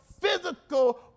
physical